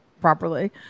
properly